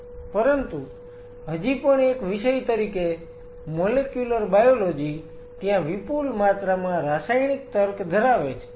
પરંતુ હજી પણ એક વિષય તરીકે મોલેક્યુલર બાયોલોજી ત્યાં વિપુલ માત્રામાં રાસાયણિક તર્ક ધરાવે છે